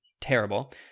terrible